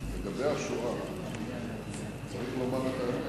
לגבי השואה צריך לומר את האמת,